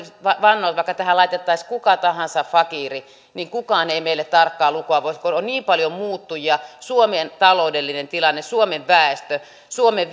vannoa että vaikka tähän laitettaisiin kuka tahansa fakiiri niin kukaan ei meille tarkkaa lukua voisi kertoa on niin paljon muuttujia suomen taloudellinen tilanne suomen väestö suomen